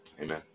Amen